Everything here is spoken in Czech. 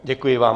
Děkuji vám.